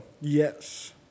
Yes